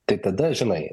tai tada žinai